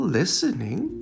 listening